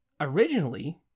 originally